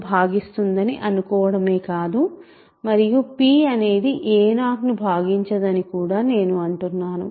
ను భాగిస్తుందని అనుకోవటమే కాదు మరియు p అనేది a0ను భాగించదని కూడా నేను అనుకుంటున్నాను